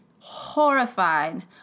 horrified